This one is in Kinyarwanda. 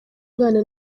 mwana